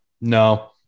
No